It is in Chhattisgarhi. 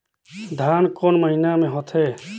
धान कोन महीना मे होथे?